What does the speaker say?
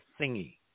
thingy